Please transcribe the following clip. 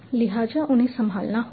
लिहाजा इन्हें संभालना होगा